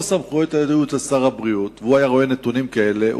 לו הסמכויות היו של שר הבריאות והוא היה רואה נתונים כאלה,